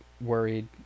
worried